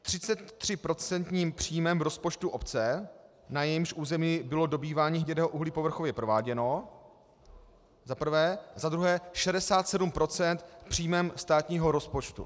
33procentním příjmem rozpočtu obce, na jejímž území bylo dobývání hnědého uhlí povrchově prováděno, za prvé, za druhé 67 procent příjmem státního rozpočtu.